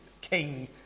king